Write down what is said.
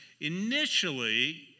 initially